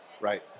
right